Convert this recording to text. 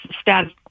status